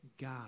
God